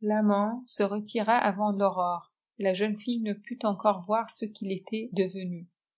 l'amant se retira avant l'aurore et la jeune fille ne put encore voir ce qu'il était devenu